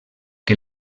que